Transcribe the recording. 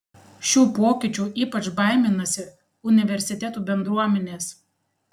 šių pokyčių ypač baiminasi universitetų bendruomenės